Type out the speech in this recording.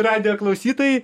radijo klausytojai